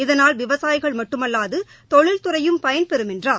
இதனால் விவசாயிகள் மட்டுமல்லாது தொழில்துறையும் பயன்பெறும் என்றார்